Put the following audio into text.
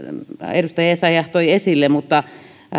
edustaja essayah toi esille mutta